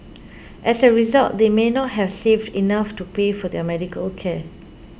as a result they may not have saved enough to pay for their medical care